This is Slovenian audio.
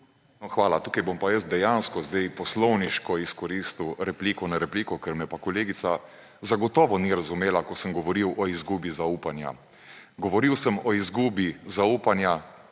Hvala. Tukaj bom pa jaz dejansko sedaj poslovniško izkoristil repliko na repliko, ker me pa kolegica zagotovo ni razumela, ko sem govoril o izgubi zaupanja. Govoril sem o izgubi zaupanja